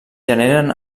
generen